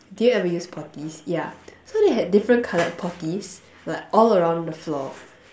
do you ever use potties yeah so they had different colored potties like all around the floor